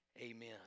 Amen